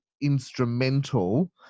instrumental